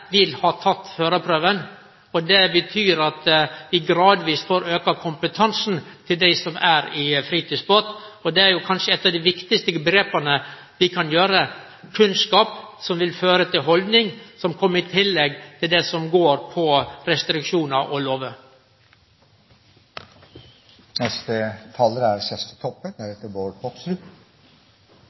vil førarane av fritidsbåtane ha teke førarprøva. Det betyr at vi gradvis får auka kompetansen til dei som er i fritidsbåtar. Det er kanskje eit av dei viktigaste grepa vi kan gjere – kunnskap, som vil føre til haldning, som kjem i tillegg til det som går på restriksjonar og lover.